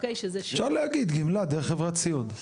אפשר להגיד גמלה דרך חברת סיעוד.